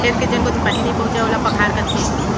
खेत के जेन कोती पानी नइ पहुँचय ओला पखार कथें